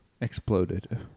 exploded